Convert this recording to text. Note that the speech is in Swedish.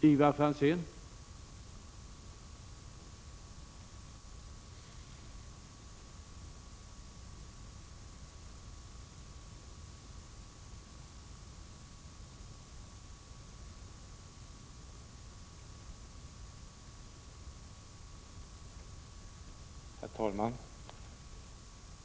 Herr talman!